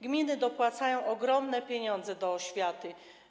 Gminy dopłacają ogromne pieniądze do oświaty.